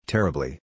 Terribly